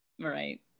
Right